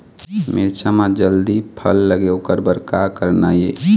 मिरचा म जल्दी फल लगे ओकर बर का करना ये?